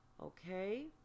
okay